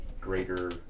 greater